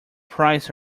prize